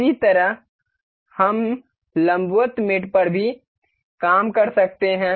इसी तरह हम लंबवत मेट पर भी काम कर सकते हैं